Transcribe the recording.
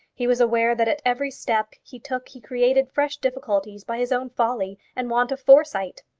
he was aware that at every step he took he created fresh difficulties by his own folly and want of foresight.